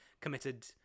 committed